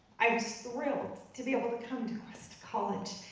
i was thrilled to be able to come to cuesta college,